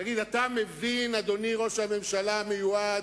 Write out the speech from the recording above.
תגיד, אתה מבין, אדוני ראש הממשלה המיועד,